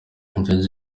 rugege